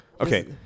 Okay